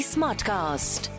Smartcast